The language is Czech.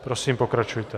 Prosím, pokračujte.